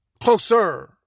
Closer